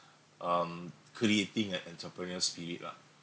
um creating an entrepreneur spirit lah